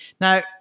Now